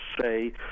say